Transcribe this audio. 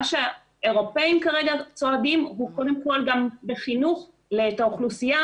מה שהאירופאים כרגע צועדים הוא קודם כל גם בחינוך את האוכלוסייה